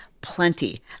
plenty